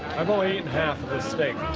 i've only eaten half of this steak.